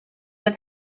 but